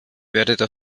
werde